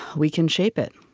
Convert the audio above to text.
we can shape it.